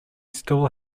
still